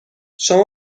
شما